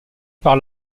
par